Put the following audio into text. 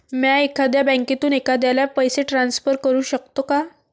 म्या वेगळ्या बँकेतून एखाद्याला पैसे ट्रान्सफर करू शकतो का?